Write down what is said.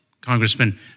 Congressman